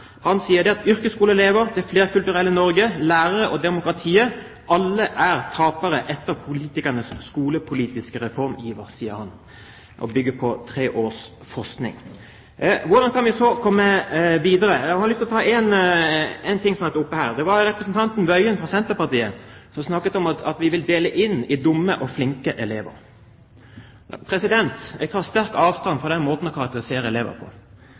Han sier: «Yrkesskoleelever, det flerkulturelle Norge, lærere og demokratiet. Alle er taperne etter politikernes skolepolitiske reformiver.» Han bygger på tre års forskning. Hvordan kan vi så komme videre? Jeg har lyst til å ta opp én ting som har vært oppe her. Representanten Tingelstad Wøien fra Senterpartiet snakket om at vi vil ha klasser for dumme elever og klasser for flinke elever. Jeg tar sterkt avstand fra den måten å karakterisere elever på.